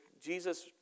Jesus